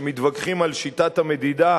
שמתווכחים על שיטת המדידה,